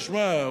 תשמע,